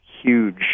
huge